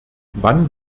wann